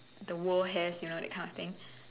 the world has you know that kind of things